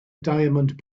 diamond